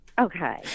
Okay